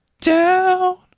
down